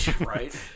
right